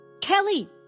Kelly